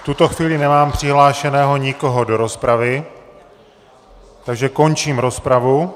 V tuto chvíli nemám přihlášeného nikoho do rozpravy, takže končím rozpravu.